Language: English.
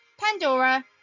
Pandora